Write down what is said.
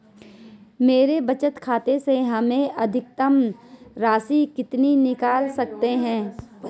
मेरे बचत खाते से हम अधिकतम राशि कितनी निकाल सकते हैं?